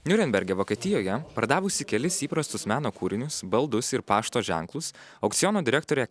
niurnberge vokietijoje pardavusi kelis įprastus meno kūrinius baldus ir pašto ženklus aukciono direktorė